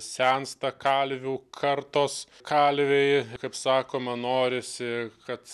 sensta kalvių kartos kalviui kaip sakoma norisi kad